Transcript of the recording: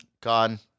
Gone